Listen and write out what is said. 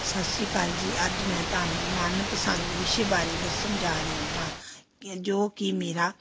ਸਤਿ ਸ਼੍ਰੀ ਅਕਾਲ ਜੀ ਅੱਜ ਮੈਂ ਤੁਹਾਨੂੰ ਮਨਪਸੰਦ ਵਿਸ਼ੇ ਬਾਰੇ ਦੱਸਣ ਜਾ ਰਹੀ ਹਾਂ ਕਿ ਜੋ ਕਿ ਮੇਰਾ